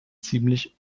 ziemlich